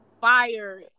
fire